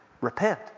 repent